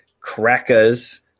Crackers